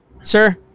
Sir